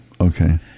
Okay